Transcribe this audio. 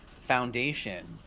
Foundation